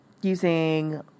using